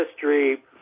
history